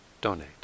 donate